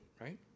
right